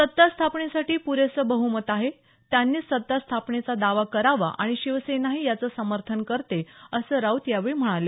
सत्ता स्थापनेसाठी प्रेसं बह्मत आहे त्यांनीच सत्ता स्थापनेचा दावा करावा आणि शिवसेनाही याचं समर्थन करते असं राऊत यावेळी म्हणाले